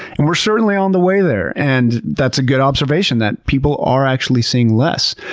and we're certainly on the way there and that's a good observation that people are actually seeing less.